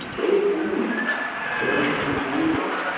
they was standing there there on the front line today,